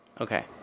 okay